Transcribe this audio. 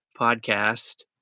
podcast